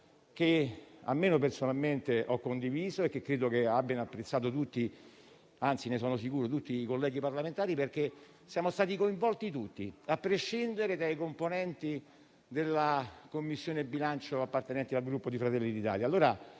che almeno personalmente ho condiviso e che credo, anzi ne sono sicuro, abbiano apprezzato tutti i colleghi parlamentari, perché siamo stati coinvolti tutti, a prescindere dai componenti della Commissione bilancio appartenenti al Gruppo Fratelli d'Italia.